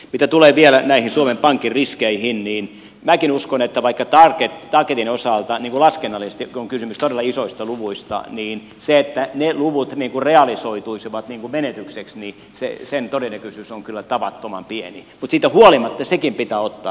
mitä tulee vielä näihin suomen pankin riskeihin niin minäkin uskon että vaikka targetin osalta laskennallisesti on kysymys todella isoista luvuista niin sen että ne luvut realisoituisivat menetykseksi todennäköisyys on kyllä tavattoman pieni mutta siitä huolimatta sekin pitää ottaa huomioon